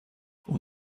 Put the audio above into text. اون